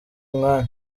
umwanya